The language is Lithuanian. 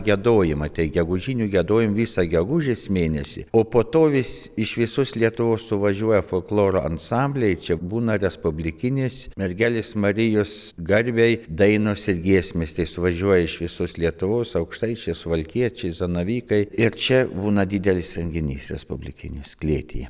giedojimą tai gegužinių giedojom visą gegužės mėnesį o po to vis iš visos lietuvos suvažiuoja folkloro ansambliai čia būna respublikinės mergelės marijos garbei dainos ir giesmės tai suvažiuoja iš visos lietuvos aukštaičiai suvalkiečiai zanavykai ir čia būna didelis renginys respublikinis klėtyje